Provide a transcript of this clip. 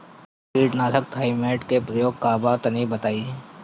कीटनाशक थाइमेट के प्रयोग का बा तनि बताई?